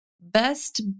best